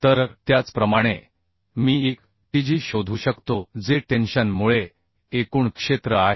तर त्याचप्रमाणे मी एक tg शोधू शकतो जे टेन्शन मुळे एकूण क्षेत्र आहे